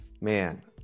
man